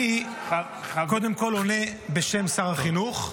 אני עונה בשם שר החינוך,